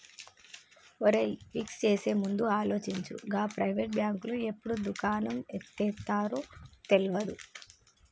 ఒరేయ్, ఫిక్స్ చేసేముందు ఆలోచించు, గా ప్రైవేటు బాంకులు ఎప్పుడు దుకాణం ఎత్తేత్తరో తెల్వది